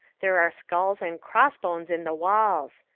there are skulls and cross-bones in the walls.